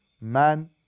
man